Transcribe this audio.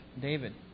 David